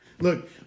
look